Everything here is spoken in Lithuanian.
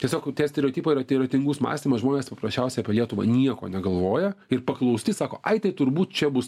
tiesiog tie stereotipai yra tai yra tingus mąstymas žmonės paprasčiausiai apie lietuvą nieko negalvoja ir paklausti sako ai tai turbūt čia bus